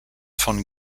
von